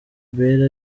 bale